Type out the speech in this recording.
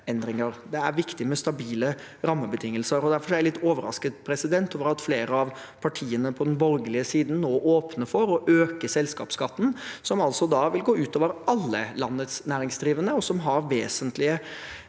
Det er viktig med stabile rammebetingelser, og derfor er jeg litt overrasket over at flere av partiene på den borgerlige siden nå åpner for å øke selskapsskatten, som altså da vil gå ut over alle landets næringsdrivende, og som har vesentlige